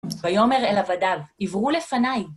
ויאמר אל עבדיו: עברו לפניי.